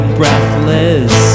breathless